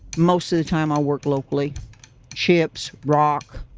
most of the time. i'll work locally chips, rock.